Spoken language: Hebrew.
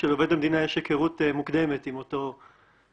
כשלעובד המדינה יש היכרות מוקדמת עם אותו שדלן.